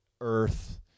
earth